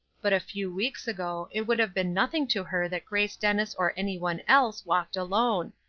but a few weeks ago it would have been nothing to her that grace dennis or anyone else walked alone,